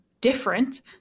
different